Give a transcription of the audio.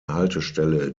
haltestelle